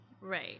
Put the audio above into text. Right